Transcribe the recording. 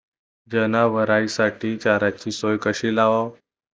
जनावराइसाठी चाऱ्याची सोय कशी लावाव?